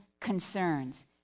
concerns